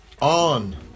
on